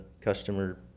customer